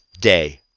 Day